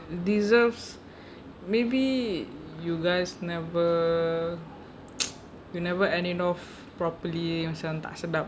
deserves maybe you guys never you never end it off properly macam tak sedap